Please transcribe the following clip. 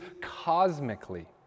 cosmically